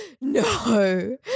No